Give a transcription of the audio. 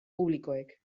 publikoek